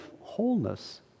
wholeness